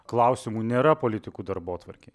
klausimų nėra politikų darbotvarkėj